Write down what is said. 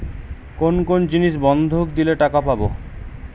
কোন কোন জিনিস বন্ধক দিলে টাকা পাব?